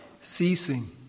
ceasing